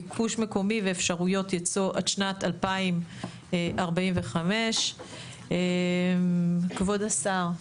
ביקוש מקומי ואפשריות ייצוא עד שנת 2045. כבוד השר,